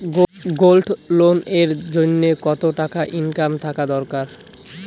Gold loan এর জইন্যে কতো টাকা ইনকাম থাকা দরকার?